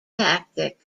tactic